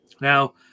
Now